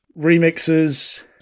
remixes